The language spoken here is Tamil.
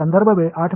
மாணவர் முதல் ஒன்று